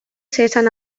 zeresan